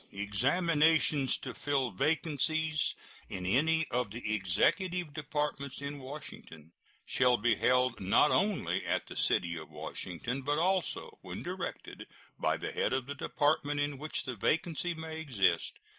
examinations to fill vacancies in any of the executive departments in washington shall be held not only at the city of washington, but also, when directed by the head of the department in which the vacancy may exist,